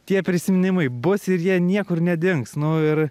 tie prisiminimai bus ir jie niekur nedings nu ir